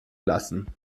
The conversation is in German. lassen